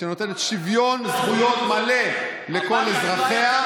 שנותנת שוויון זכויות מלא לכל אזרחיה,